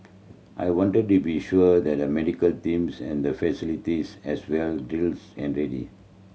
I wanted to be sure that the medical teams and the facilities as well drills and ready